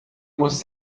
muss